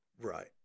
Right